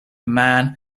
man